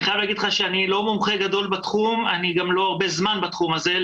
אבל אני לא מומחה גדול בתחום וגם לא הרבה זמן בתחום הזה.